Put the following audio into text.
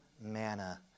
manna